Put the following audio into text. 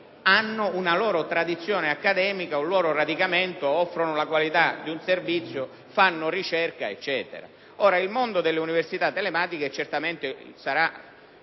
hanno una loro tradizione accademica e un loro radicamento, offrono la qualità di un servizio, fanno ricerca, e via dicendo. Ora, il mondo delle università telematiche sarà certamente il